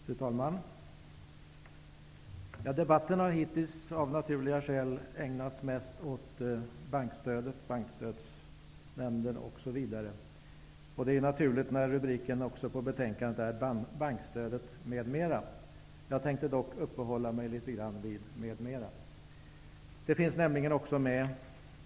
Fru talman! Debatten har av naturliga skäl hittills ägnats mest åt bankstödet och Bankstödsnämnden. Det är naturligt när betänkandets rubrik lyder: Bankstödet m.m. Jag tänker uppehålla mig litet grand vid ''m.m.''.